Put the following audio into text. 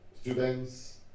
students